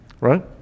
right